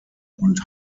und